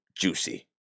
juicy